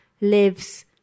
lives